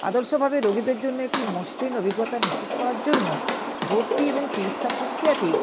আদর্শভাবে রোগীদের জন্য একটি মসৃণ অভিজ্ঞতা নিশ্চিত করার জন্য ভর্তি এবং চিকিৎসা প্রক্রিয়াটি